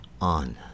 on